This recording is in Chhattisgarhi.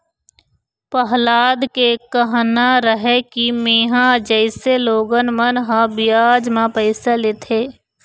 पहलाद के कहना रहय कि मेंहा जइसे लोगन मन ह बियाज म पइसा लेथे,